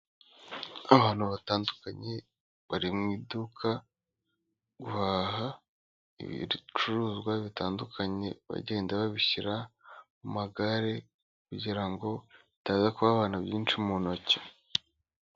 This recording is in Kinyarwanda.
Abantu batandukanye bari mu iduka guhaha ibicuruzwa bitandukanye, bagenda babishyira mu magare kugira ngo bitaza kubababa byinshi mu ntoki.